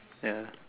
ya